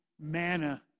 manna